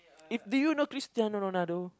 if do you know Cristiano-Ronaldo